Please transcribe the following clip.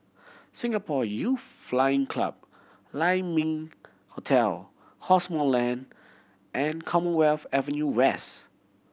Singapore Youth Flying Club Lai Ming Hotel Cosmoland and Commonwealth Avenue West